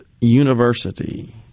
University